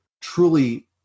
truly